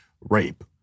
rape